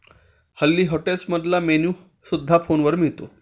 हल्ली हॉटेल्समधला मेन्यू सुद्धा फोनवर मिळतो